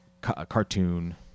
cartoon